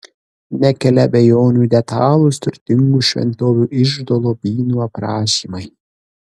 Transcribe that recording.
nekelia abejonių detalūs turtingų šventovių iždo lobynų aprašymai